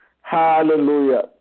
Hallelujah